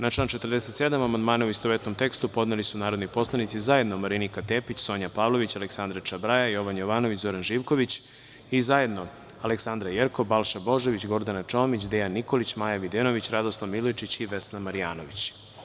Na član 47. amandmane, u istovetnom tekstu, podneli su narodni poslanici zajedno Marinika Tepić, Sonja Pavlović, Aleksandra Čabraja, Jovan Jovanović, Zoran Živković i zajedno Aleksandra Jerkov, Balša Božović, Gordana Čomić, Dejan Nikolić, Maja Videnović, Radoslav Milojičić i Vesna Marjanović.